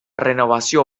renovació